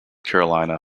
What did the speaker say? carolina